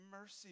mercy